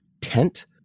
tent